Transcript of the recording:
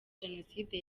jenoside